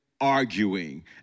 arguing